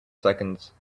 seconds